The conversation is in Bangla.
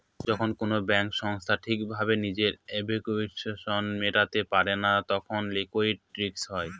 যখন কোনো ব্যাঙ্ক সংস্থা ঠিক ভাবে নিজের অব্লিগেশনস মেটাতে পারে না তখন লিকুইডিটি রিস্ক হয়